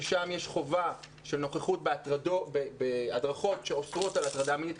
ששם יש חובה של נוכחות בהדרכות שאוסרות הטרדה מינית,